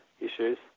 issues